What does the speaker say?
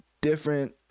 different